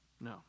No